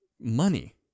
money